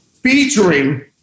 featuring